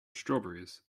strawberries